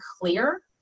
clear